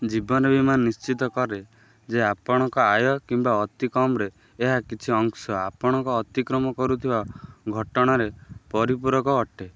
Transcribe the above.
ଜୀବନ ବୀମା ନିଶ୍ଚିତ କରେ ଯେ ଆପଣଙ୍କ ଆୟ କିମ୍ବା ଅତି କମରେ ଏହା କିଛି ଅଂଶ ଆପଣଙ୍କ ଅତିକ୍ରମ କରୁଥିବା ଘଟଣାରେ ପରିପୂରକ ଅଟେ